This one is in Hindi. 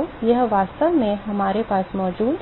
तो यह वास्तव में हमारे पास मौजूद